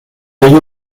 ello